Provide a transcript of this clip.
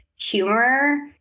humor